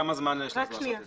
כמה זמן יש לך לעשות את זה?